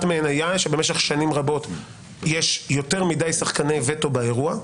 אחת מהן היא שבמשך שנים רבות יש יותר מדי שחקני וטו באירוע.